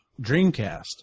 Dreamcast